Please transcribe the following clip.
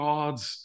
God's